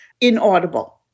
inaudible